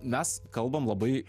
mes kalbam labai